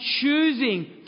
choosing